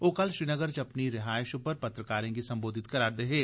ओह् कल श्रीनगर च अपनी रिहायश पर पत्रकारें गी संबोधित करै करदे हे